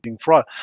fraud